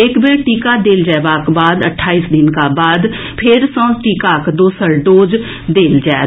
एक बेर टीका देल जएबाक बाद अट्ठाईस दिनक बाद फेर सँ टीकाक दोसर डोज देल जाएत